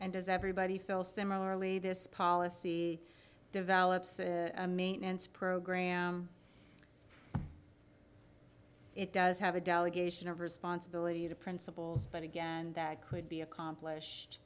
and does everybody feel similarly this policy develops a maintenance program it does have a delegation of responsibility to principals but again that could be accomplished